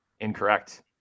Incorrect